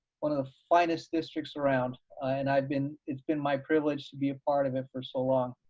one of the finest districts around and i've been, it's been my privilege to be a part of it for so long.